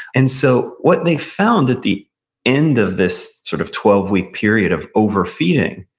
and so what they found at the end of this sort of twelve week period of overfeeding,